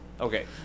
Okay